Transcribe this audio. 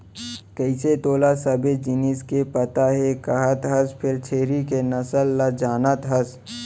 कइसे तोला सबे जिनिस के पता हे कहत हस फेर छेरी के नसल ल जानत हस?